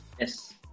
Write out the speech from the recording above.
Yes